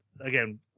again